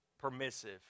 Permissive